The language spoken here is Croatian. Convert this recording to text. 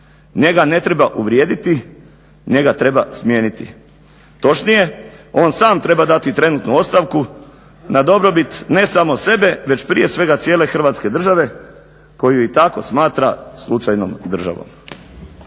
Njega ne treba uvrijediti, njega treba smijeniti. Točnije on sam treba dati trenutno ostavku na dobrobit ne samo sebe već prije svega cijele Hrvatske države koju i tako smatra slučajnom državom.